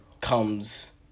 comes